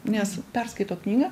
nes perskaito knygą